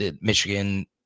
Michigan